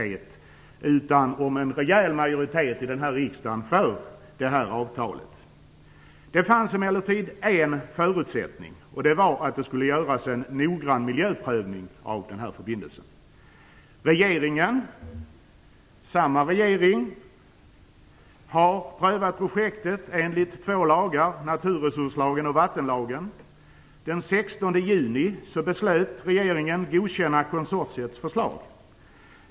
Det fanns således en rejäl majoritet i den här riksdagen för detta avtal. Det fanns emellertid en förutsättning, och det var att det skulle göras en noggrann miljöprövning av förbindelsen. Samma regering har prövat projektet i enlighet med två lagar - naturresurslagen och vattenlagen. Den 16 juni beslutade regeringen att godkänna konsortiets förslag.